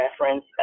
reference